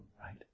right